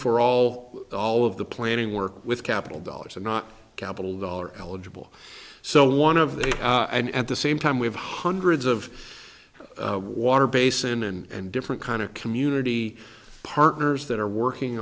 for all all of the planning work with capital dollars and not capital dollars eligible so one of the eight and at the same time we have hundreds of water basin and different kind of community partners that are working